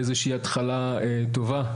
באיזושהי התחלה טובה,